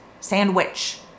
sandwich